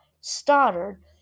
Stoddard